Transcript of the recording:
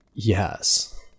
Yes